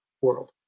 world